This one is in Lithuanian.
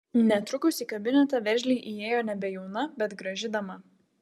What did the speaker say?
netrukus į kabinetą veržliai įėjo nebejauna bet graži dama